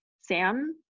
Sam